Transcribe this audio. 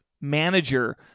manager